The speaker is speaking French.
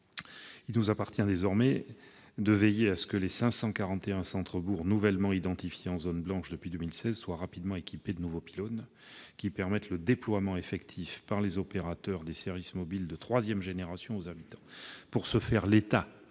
Il nous appartient désormais de veiller à ce que les 541 centres-bourgs nouvellement identifiés en zone « blanche » depuis 2016 soient rapidement équipés de nouveaux pylônes qui permettent le déploiement effectif, par les opérateurs, des services mobiles de troisième génération aux habitants. Pour ce faire, l'État a